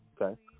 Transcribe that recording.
Okay